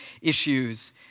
issues